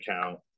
account